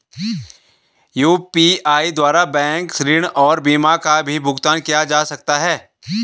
UPI द्वारा bank ऋण और बीमा का भी भुगतान किया जा सकता है?